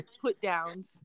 put-downs